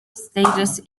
status